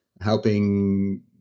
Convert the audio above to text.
helping